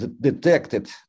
detected